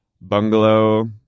bungalow